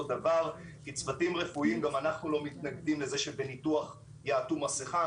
דבר כי גם אנחנו לא מתנגדים לזה שבניתוח הצוותים הרפואיים יעטו מסיכה,